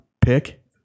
pick